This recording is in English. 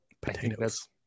Potatoes